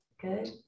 good